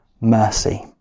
mercy